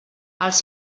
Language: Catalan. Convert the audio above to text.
els